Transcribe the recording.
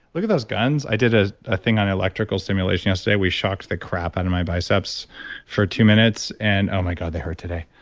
look at those guns. i did a ah thing on electrical stimulation yesterday, we shocked the crap out of my biceps for two minutes, and oh my god, they hurt today.